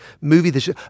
movie